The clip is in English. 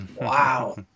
Wow